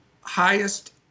highest